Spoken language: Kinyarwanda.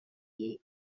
yigira